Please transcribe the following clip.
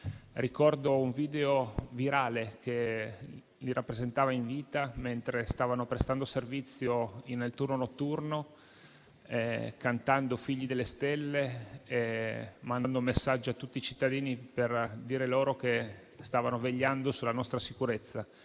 Ricordo un video virale che li rappresentava in vita, mentre stavano prestando servizio nel turno notturno cantando «Figli delle stelle» e mandando un messaggio a tutti i cittadini per dire loro che stavano vegliando sulla nostra sicurezza.